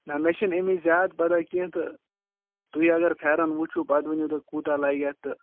نَہ مےٚ چھِنہٕ اَمِچ زیادٕ پَتہ کیٚنٛہہ تہٕ تُہۍ اگر پھٮ۪رَن وٕچھُو پَتہٕ ؤنِو تُہۍ کوٗتاہ لَگہِ اَتھ تہٕ